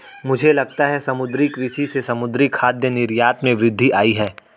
मुझे लगता है समुद्री कृषि से समुद्री खाद्य निर्यात में वृद्धि आयी है